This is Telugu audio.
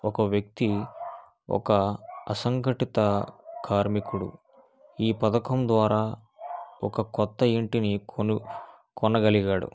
ఒక వ్యక్తి ఒక అసంఘటిత కార్మికుడు ఈ పథకం ద్వారా ఒక కొత్త ఇంటిని కొన కొనగలిగాడు